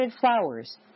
flowers